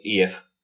EF